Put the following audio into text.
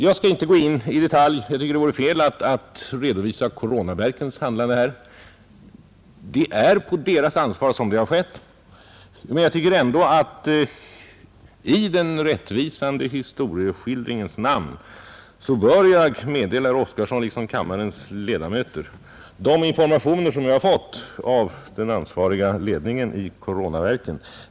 Jag skall inte gå in på detaljer, eftersom jag tycker att det vore fel att här redovisa Coronaverkens handlande — det är på deras ansvar som åtgärden har vidtagits. Men jag tycker ändå att jag i den rättvisande historieskrivningens namn bör meddela herr Oskarson liksom kammarens övriga ledamöter de informationer som jag har fått av den ansvariga ledningen i Coronaverken.